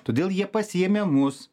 todėl jie pasiėmė mus